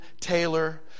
Taylor